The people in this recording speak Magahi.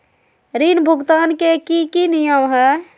ऋण भुगतान के की की नियम है?